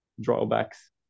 drawbacks